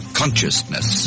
consciousness